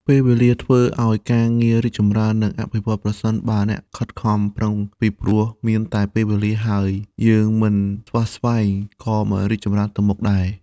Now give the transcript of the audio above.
ពេលវេលាធ្វើអោយការងាររីកចំរើន និងអភិវឌ្ឍន៍ ប្រសិនបើអ្នកខិតខំប្រឹង ពីព្រោះមានតែពេលវេលាហើយយើងមិនស្វះស្វែងក៏មិនរីកចម្រើនទៅមុខដែរ។